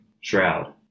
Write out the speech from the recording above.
Shroud